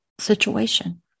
situation